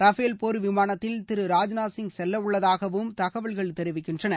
Rafale போர் விமானத்தில் திரு ராஜ்நாத் சிங் செல்லவுள்ளதாகவும் தகவல்கள் தெரிவிக்கின்றன